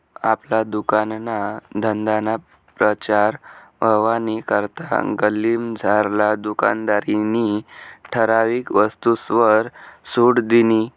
आपला दुकानना धंदाना प्रचार व्हवानी करता गल्लीमझारला दुकानदारनी ठराविक वस्तूसवर सुट दिनी